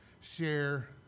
share